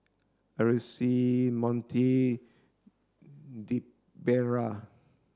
Aracely Montie Debera